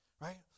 Right